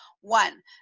One